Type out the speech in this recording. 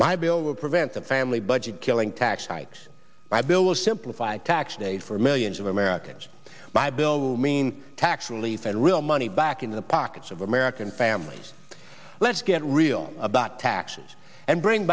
my bill will prevent the family budget killing tax hikes by bill a simplified tax day for millions of americans by bill will mean tax relief and real money back into the pockets of american families let's get real about taxes and bring